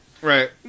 Right